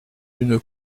une